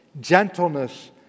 gentleness